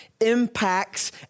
impacts